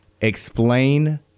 Explain